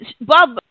Bob